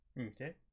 Okay